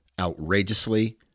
Outrageously